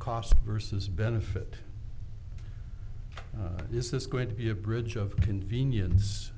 cost versus benefit is this going to be a bridge of convenience